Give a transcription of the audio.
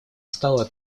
стало